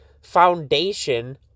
foundation